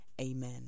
amen